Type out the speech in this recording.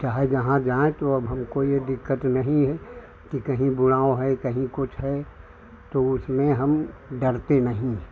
चाहे जहाँ जाएँ तो हमको यह दिक्कत नहीं हैं कि कहीं बुलाया है कहीं कुछ है तो उसमें हम डरते नहीं है